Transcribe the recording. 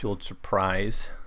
surprise